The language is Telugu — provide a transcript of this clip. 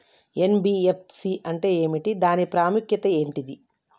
ఎన్.బి.ఎఫ్.సి అంటే ఏమిటి దాని ప్రాముఖ్యత ఏంటిది?